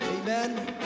Amen